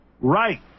right